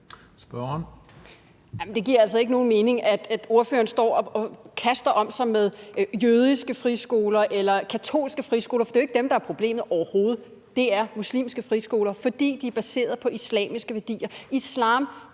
Det giver altså ikke nogen mening, at ordføreren står og kaster om sig med jødiske friskoler eller katolske friskoler, for det er jo ikke dem, der er problemet, overhovedet. Det er muslimske friskoler, fordi de er baseret på islamiske værdier. Islam